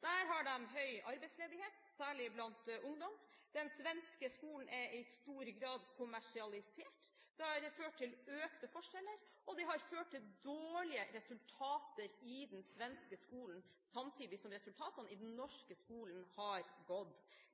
Der har de høy arbeidsledighet, særlig blant ungdom. Den svenske skolen er i stor grad kommersialisert. Det har ført til økte forskjeller, og det har ført til dårlige resultater i den svenske skolen, samtidig som det har vært framgang i resultatene i den norske skolen.